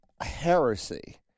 heresy